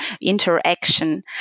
interaction